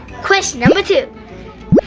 question number two,